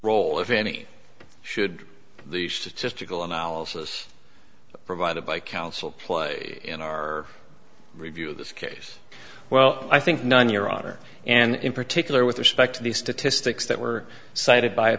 role if any should the statistical analysis provided by counsel play in our review of this case well i think none your honor and in particular with respect to the statistics that were cited by a